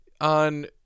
on